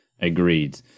Agreed